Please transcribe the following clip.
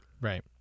Right